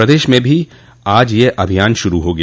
प्रदेश में भी आज यह अभियान शुरू हो गया